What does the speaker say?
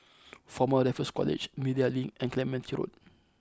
former Raffles College Media Link and Clementi Road